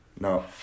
No